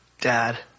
dad